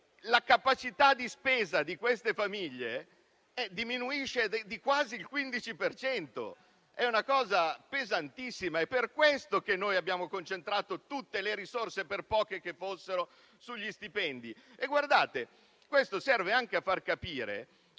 la capacità di spesa di queste famiglie diminuisce di quasi il 15 per cento. È una cosa pesantissima. È per questo che noi abbiamo concentrato tutte le risorse, per poche che fossero, sugli stipendi. Questo serve anche a far capire